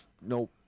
nope